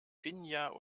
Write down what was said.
finja